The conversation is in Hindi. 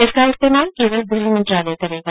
इसका इस्तेमाल केवल गृह मंत्रालय करेगा